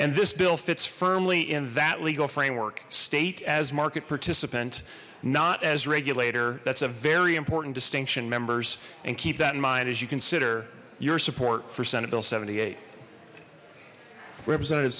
and this bill fits firmly in that legal framework state as market participant not as regulator that's a very important distinction members and keep that in mind as you consider your support for senate bill seventy eight representative